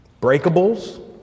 breakables